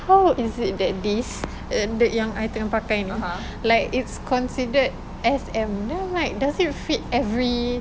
how is it that this uh yang I tengah pakai ni like it's considered S M then I'm like does it fit every